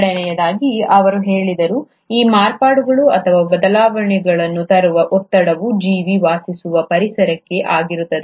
ಎರಡನೆಯದಾಗಿ ಅವರು ಹೇಳಿದರು ಈ ಮಾರ್ಪಾಡುಗಳು ಅಥವಾ ಬದಲಾವಣೆಗಳನ್ನು ತರುವ ಒತ್ತಡವು ಜೀವಿ ವಾಸಿಸುವ ಪರಿಸರಕ್ಕೆ ಆಗಿರುತ್ತದೆ